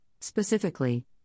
specifically